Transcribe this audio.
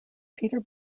peter